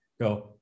Go